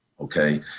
okay